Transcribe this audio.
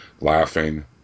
laughing